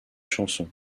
chansons